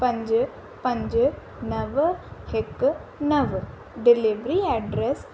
पंज पंज नव हिकु नव डिलेविरी एड्रस